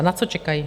Na co čekají?